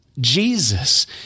Jesus